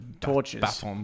torches